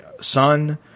son